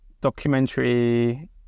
documentary